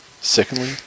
secondly